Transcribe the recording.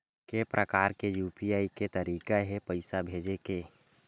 के प्रकार के यू.पी.आई के तरीका हे पईसा भेजे के?